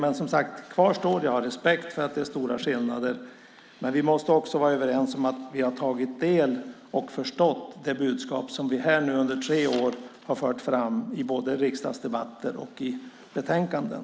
Jag har respekt för att det är stora skillnader, men vi måste också vara överens om att vi har tagit del av och förstått det budskap som vi under tre år har fört fram i både riksdagsdebatter och betänkanden.